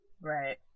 Right